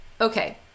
Okay